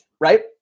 right